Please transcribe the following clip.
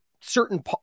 certain